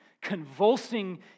convulsing